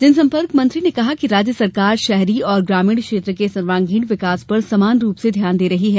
जनसम्पर्क मंत्री ने कहा कि राज्य सरकार शहरी और ग्रामीण क्षेत्र के सर्वांगीण विकास पर समान रूप से ध्यान दे रही है